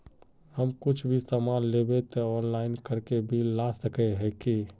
हम कुछ भी सामान लेबे ते ऑनलाइन करके बिल ला सके है की?